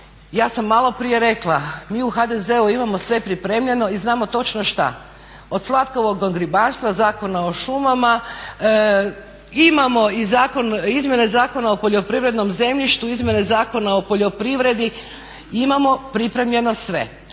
ja sam maloprije rekla mi u HDZ-u imamo sve pripremljeno i znamo točno šta, od slatkovodnog ribarstva, Zakona o šumama, imamo i izmjene Zakona o poljoprivrednom zemljišta, izmjene Zakona o poljoprivredi, imamo pripremljeno sve